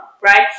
right